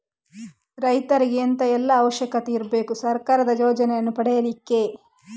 ರೈತರಿಗೆ ಎಂತ ಎಲ್ಲಾ ಅವಶ್ಯಕತೆ ಇರ್ಬೇಕು ಸರ್ಕಾರದ ಯೋಜನೆಯನ್ನು ಪಡೆಲಿಕ್ಕೆ?